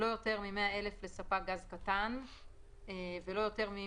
לא יותר מ- 100,000 לספק גז קטן ולא יותר מ